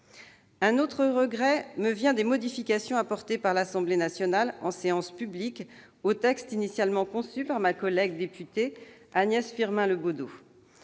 Un autre regret me vient des modifications apportées par l'Assemblée nationale en séance publique au texte initialement conçu par ma collègue députée Agnès Firmin Le Bodo.